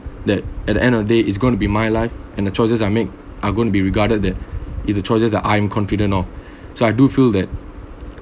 that at the end of the day it's going to be my life and the choices I make are going to be regarded that either choices that I'm confident of so I do feel that